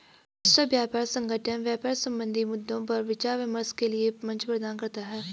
विश्व व्यापार संगठन व्यापार संबंधी मद्दों पर विचार विमर्श के लिये मंच प्रदान करता है